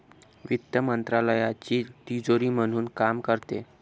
वित्त मंत्रालयाची तिजोरी म्हणून काम करते